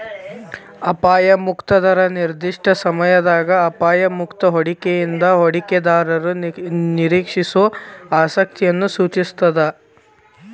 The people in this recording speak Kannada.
ಅಪಾಯ ಮುಕ್ತ ದರ ನಿರ್ದಿಷ್ಟ ಸಮಯದಾಗ ಅಪಾಯ ಮುಕ್ತ ಹೂಡಿಕೆಯಿಂದ ಹೂಡಿಕೆದಾರರು ನಿರೇಕ್ಷಿಸೋ ಆಸಕ್ತಿಯನ್ನ ಸೂಚಿಸ್ತಾದ